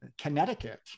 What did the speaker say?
Connecticut